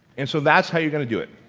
and so that's how you're gonna do it,